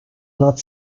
not